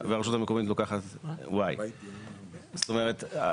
והרשות המקומית לוקחת Y. זאת אומרת,